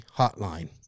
hotline